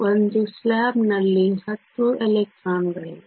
ಒಂದು ಸ್ಲಾಬ್ನಲ್ಲಿ 10 ಎಲೆಕ್ಟ್ರಾನ್ಗಳಿವೆ